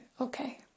Okay